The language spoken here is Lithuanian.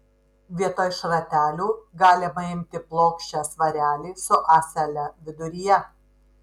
vietoj šratelių galima imti plokščią svarelį su ąsele viduryje